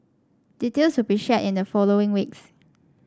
details will be shared in the following weeks